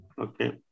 Okay